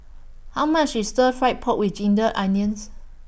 How much IS Stir Fried Pork with Ginger Onions